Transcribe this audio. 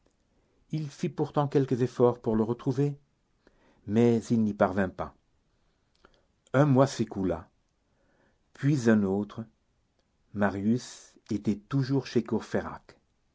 il fit pourtant quelques efforts pour le retrouver mais il n'y parvint pas un mois s'écoula puis un autre marius était toujours chez